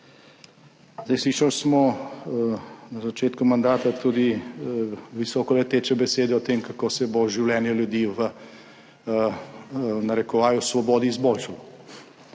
denar. Slišali smo na začetku mandata tudi visokoleteče besede o tem, kako se bo življenje ljudi v, v narekovaju, svobodi izboljšalo